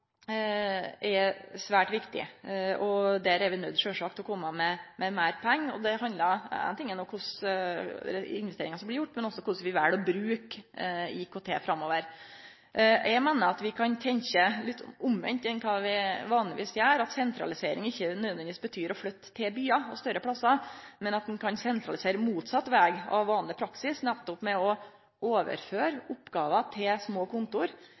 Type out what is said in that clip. er svært viktig, og der er vi sjølvsagt nøydde til å kome med meir pengar. Ein ting er no dei investeringane som blir gjorde, men det handlar også om korleis vi vel å bruke IKT framover. Eg meiner at vi kan tenkje litt omvendt av kva vi vanlegvis gjer, at sentralisering ikkje nødvendigvis betyr å flytte til byar og større plassar, men at ein kan sentralisere motsett veg av vanleg praksis nettopp ved å overføre oppgåver til små kontor, fordi IKT gjer at ein kan samarbeide på tvers av kontor